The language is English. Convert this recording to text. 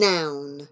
Noun